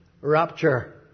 rapture